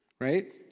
right